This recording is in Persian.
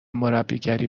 مربیگری